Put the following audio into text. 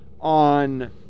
on